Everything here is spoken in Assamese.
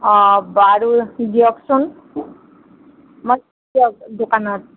অঁ বাৰু দিয়কচোন মই দিয়ক দোকানত